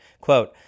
Quote